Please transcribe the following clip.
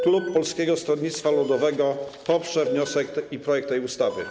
Klub Polskiego Stronnictwa Ludowego poprzez wniosek i projekt tej ustawy.